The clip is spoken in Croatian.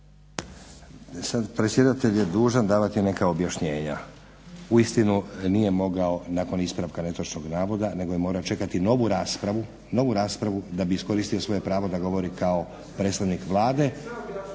sad predsjedatelj je dužan davati neka objašnjenja. Uistinu nije mogao nakon ispravka netočnog navoda nego je morao čekati novu raspravu da bi iskoristio svoje pravo da govori kao predstavnik Vlade…